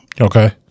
Okay